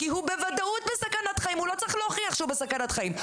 כי הוא בוודאות בסכנת חיים הוא לא צריך להוכיח שהוא בסכנת חיים,